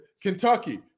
Kentucky